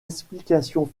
explications